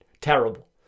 terrible